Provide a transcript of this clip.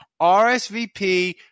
RSVP